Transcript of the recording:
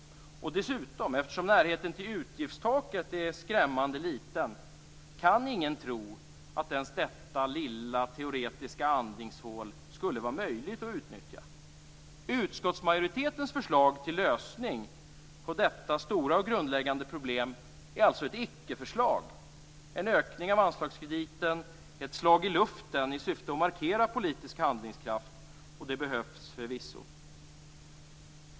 Eftersom närheten till utgiftstaket är skrämmande liten, kan ingen tro att ens detta lilla teoretiska andningshål skulle vara möjlig att utnyttja. Utskottsmajoritetens förslag till lösning på detta stora och grundläggande problem är alltså ett icke-förslag. En ökning av anslagskrediten är ett slag i luften i syfte att markera politisk handlingskraft. Det behövs förvisso.